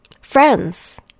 friends